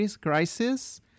crisis